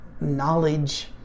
knowledge